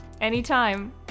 Anytime